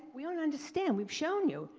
we don't understand, we've shown you.